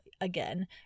again